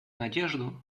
надежду